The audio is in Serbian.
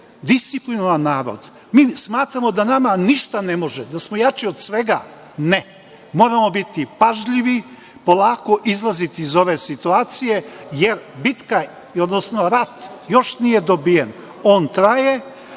disciplinovan narod. Mi smatramo da nama ništa ne može, da smo jači od svega. Ne. Moramo biti pažljivi, polako izlaziti iz ove situacije, jer rat još nije dobijen. On traje